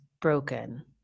broken